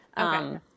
Okay